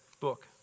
book